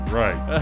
right